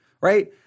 right